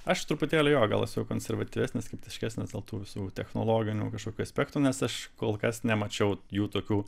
aš truputėlį jo gal esu konservatyvesnis skeptiškesnis dėl tų visų technologinių kažkokių aspektų nes aš kol kas nemačiau jų tokių